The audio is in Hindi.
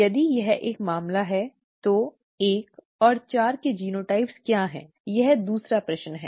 यदि यह एक मामला है तो 1 और 4 के जीनोटाइप क्या हैं यह दूसरा प्रश्न है